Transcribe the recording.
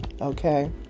okay